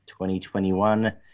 2021